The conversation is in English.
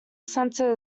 center